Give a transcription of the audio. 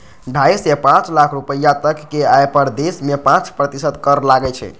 ढाइ सं पांच लाख रुपैया तक के आय पर देश मे पांच प्रतिशत कर लागै छै